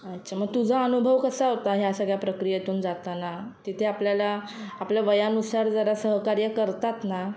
अच्छा मग तुझा अनुभव कसा होता ह्या सगळ्या प्रक्रियेतून जाताना तिथे आपल्याला आपल्या वयानुसार जरा सहकार्य करतात ना